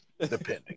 Depending